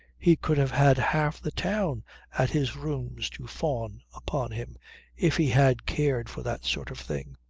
he could have had half the town at his rooms to fawn upon him if he had cared for that sort of thing.